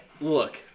look